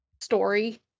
story